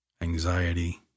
anxiety